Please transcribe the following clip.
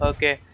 Okay